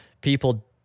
people